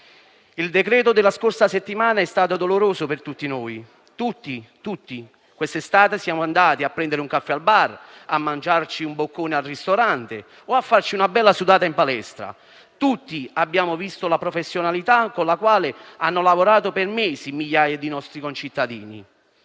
Il decreto della scorsa settimana è stato doloroso per tutti noi. Tutti noi la scorsa estate siamo andati a prendere un caffè al bar, a mangiare un boccone al ristorante o a farci una bella sudata in palestra. Tutti abbiamo visto la professionalità con la quale hanno lavorato per mesi migliaia di nostri concittadini.